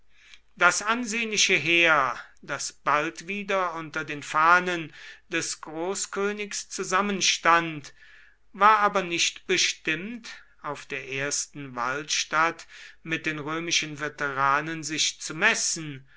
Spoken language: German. das ansehnliche heer das bald wieder unter den fahnen des großkönigs zusammenstand war aber nicht bestimmt auf der ersten walstatt mit den römischen veteranen sich zu messen